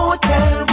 Hotel